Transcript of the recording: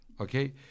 Okay